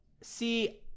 See